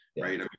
Right